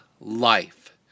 life